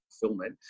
fulfillment